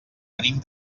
venim